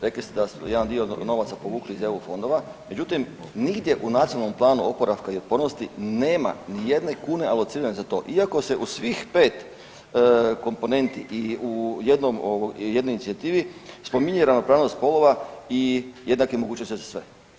Rekli ste da smo jedan dio novaca povukli iz EU fondova, međutim nigdje u Nacionalnom planu oporavka i otpornosti nema ni jedne kune alocirane za to iako se u svih pet komponenti i jednoj inicijativi spominje ravnopravnost spolova i jednake mogućnosti za sve.